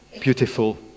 Beautiful